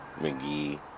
McGee